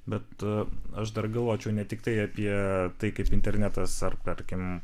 bet aš dar galvočiau ne tiktai apie tai kaip internetas ar tarkim